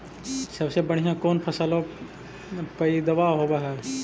सबसे बढ़िया कौन फसलबा पइदबा होब हो?